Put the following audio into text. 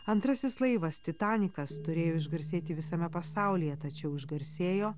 antrasis laivas titanikas turėjo išgarsėti visame pasaulyje tačiau išgarsėjo